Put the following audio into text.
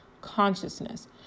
consciousness